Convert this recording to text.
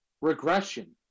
regression